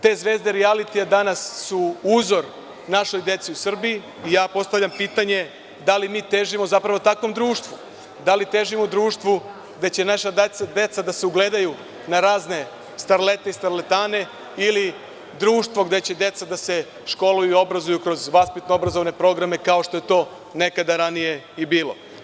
Te zvezde rijalitija danas su uzor našoj deci u Srbiji i ja postavljam pitanje – da li mi težimo zapravo takvom društvu, da li težimo društvu gde će naša deca da se ugledaju na razne starlete i starletane ili društvu gde će deca da se školuju i da se obrazuju kroz vaspitno-obrazovne programe, kao što je to nekada ranije bilo?